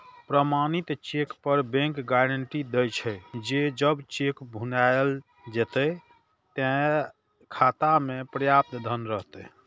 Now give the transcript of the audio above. प्रमाणित चेक पर bank guarantee दै छे, जे जब चेक भुनाएल जेतै, ते खाता मे पर्याप्त धन रहतै